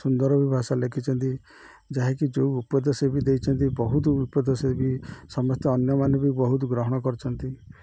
ସୁନ୍ଦର ବି ଭାଷା ଲେଖିଛନ୍ତି ଯାହାକି ଯୋଉ ଉପଦେଶ ବି ଦେଇଛନ୍ତି ବହୁତ ଉପଦେଶ ବି ସମସ୍ତେ ଅନ୍ୟମାନେ ବି ବହୁତ ଗ୍ରହଣ କରିଛନ୍ତି